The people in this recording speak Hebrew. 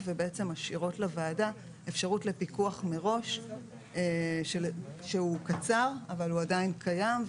ובעצם משאירות לוועדה אפשרות לפיקוח ראש שהוא קצר אבל הוא עדיין קיים.